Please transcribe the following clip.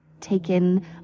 taken